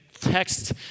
text